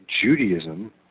Judaism